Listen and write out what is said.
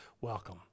welcome